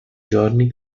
giorni